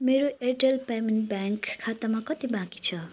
मेरो Airtel payment bank खातामा कति बाँकी छ